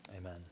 Amen